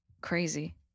Crazy